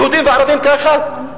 יהודים וערבים כאחד?